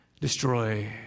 destroy